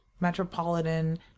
metropolitan